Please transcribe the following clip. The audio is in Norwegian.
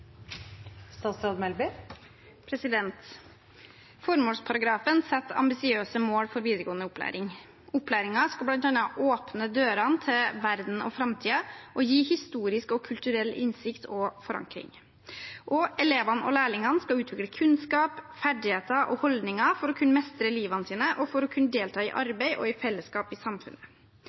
Formålsparagrafen setter ambisiøse mål for videregående opplæring: Opplæringen skal bl.a. åpne dørene til verden og framtiden og gi historisk og kulturell innsikt og forankring. Elevene og lærlingene skal utvikle kunnskap, ferdigheter og holdninger for å kunne mestre livene sine og for å kunne delta i arbeid og i fellesskap i samfunnet.